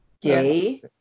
day